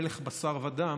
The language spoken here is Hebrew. מלך בשר ודם,